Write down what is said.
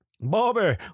Bobby